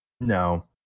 No